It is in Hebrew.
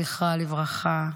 זכרה לברכה,